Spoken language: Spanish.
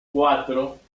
cuatro